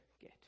get